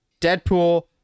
Deadpool